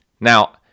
Now